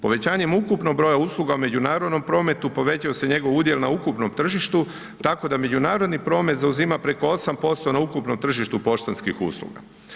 Povećanjem ukupnog broja usluga u međunarodnom prometu povećava se njegov udjel na ukupnom tržištu, tako da međunarodni promet zauzima preko 8% na ukupnom tržištu poštanskih usluga.